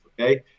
okay